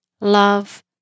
Love